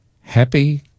happy